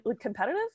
competitive